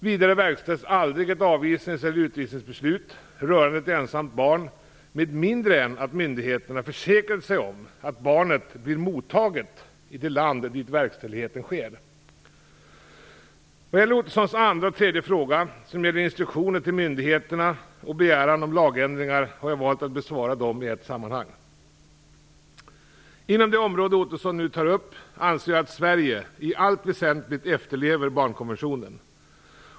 Vidare verkställs aldrig ett avvisnings eller utvisningsbeslut rörande ett ensamt barn med mindre än att myndigheterna försäkrat sig om att barnet blir mottaget i det land dit verkställighet sker. Roy Ottossons andra och tredje fråga, som gäller instruktioner till myndigheterna och begäran om lagändringar, har jag valt att besvara i ett sammanhang. Inom det område som Roy Ottosson nu tar upp anser jag att Sverige i allt väsentligt efterlever barnkonventionen.